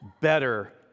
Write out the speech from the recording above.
better